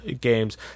games